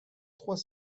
trois